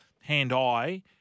hand-eye